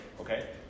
okay